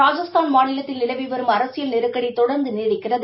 ராஜஸ்தான் மாநிலத்தில் நிலவி வரும் அரசியல் நெருக்கடி தொடர்ந்து நீடிக்கிறது